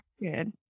good